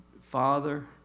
father